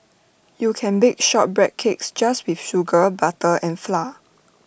you can bake shortbread cakes just with sugar butter and flour